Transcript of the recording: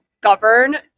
govern